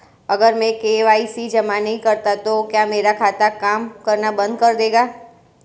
अगर मैं के.वाई.सी जमा नहीं करता तो क्या मेरा खाता काम करना बंद कर देगा?